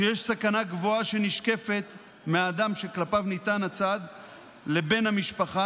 שיש סכנה גבוהה שנשקפת מהאדם שכלפיו ניתן הצו לבן המשפחה,